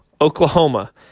Oklahoma